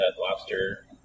lobster